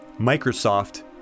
Microsoft